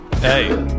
Hey